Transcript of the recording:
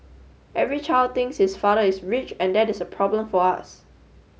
every child thinks his father is rich and that is a problem for us